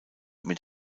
mit